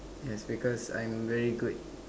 yes because I'm very good